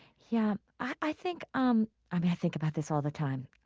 yeah. i think um i think about this all the time